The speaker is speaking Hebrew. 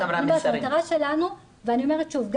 המטרה שלנו ואני אומרת שוב,